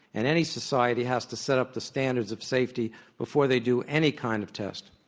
and any society has to set up the standards of safety before they do any kind of test.